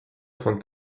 von